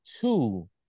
two